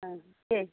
दे